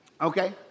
Okay